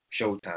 Showtime